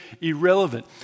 irrelevant